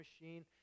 machine